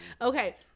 Okay